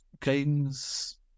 Games